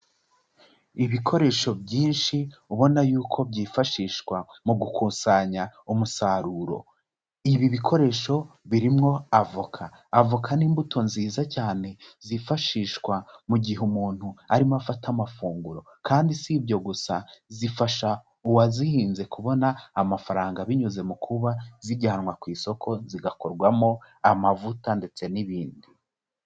Ibikoresho byinshi ubona yuko byifashishwa mu gukusanya umusaruro, ibi bikoresho birimwo avoka, avoka n'imbuto nziza cyane zifashishwa mu gihe umuntu arimo afata amafunguro kandi si ibyo gusa zifasha uwazihinze kubona amafaranga binyuze mu kuba zijyanwa ku isoko zigakorwamo amavuta ndetse n'ibindi.